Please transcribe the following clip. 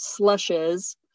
slushes